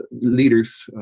leaders